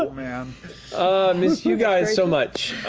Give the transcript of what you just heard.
but matt um missed you guys so much.